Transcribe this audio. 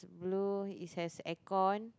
blue it's has aircon